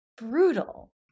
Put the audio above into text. brutal